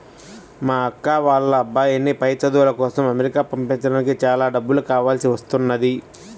మా అక్క వాళ్ళ అబ్బాయిని పై చదువుల కోసం అమెరికా పంపించడానికి చాలా డబ్బులు కావాల్సి వస్తున్నది